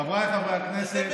חבריי חברי הכנסת,